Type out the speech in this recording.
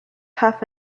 have